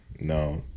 No